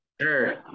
Sure